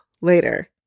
later